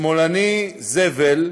שמאלני זבל,